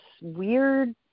weird